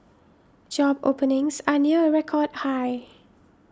job openings are near a record high